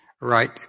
Right